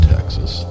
Texas